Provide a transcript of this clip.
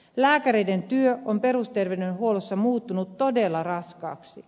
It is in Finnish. lääkäreiden työ on perusterveydenhuollossa muuttunut todella raskaaksi